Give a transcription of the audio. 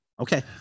Okay